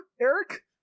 Eric